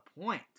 point